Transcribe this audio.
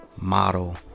Model